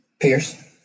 pierce